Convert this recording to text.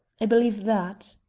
i believe that.